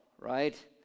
right